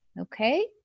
Okay